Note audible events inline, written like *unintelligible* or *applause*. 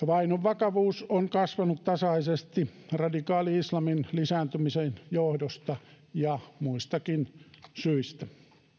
*unintelligible* vainon vakavuus on kasvanut tasaisesti radikaali islamin lisääntymisen johdosta ja muistakin syistä